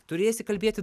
turėsi kalbėti